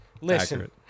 Listen